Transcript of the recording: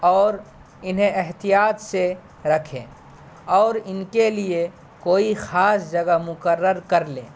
اور انہیں احتیاط سے رکھیں اور ان کے لیے کوئی خاص جگہ مقرر کر لیں